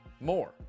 more